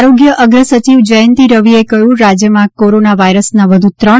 આરોગ્ય અગ્રસચિવ જયંતિ રવિચે કહ્યું રાજ્યમાં કોરોના વાયરસના વધુ ત્રણ